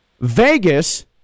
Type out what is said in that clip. Vegas